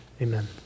amen